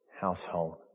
household